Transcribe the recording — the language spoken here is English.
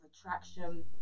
attraction